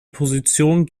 position